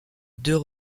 deux